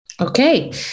Okay